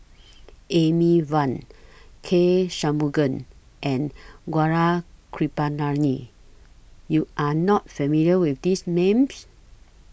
Amy Van K Shanmugam and Gaurav Kripalani YOU Are not familiar with These Names